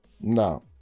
no